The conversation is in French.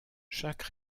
chaque